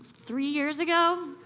three years ago.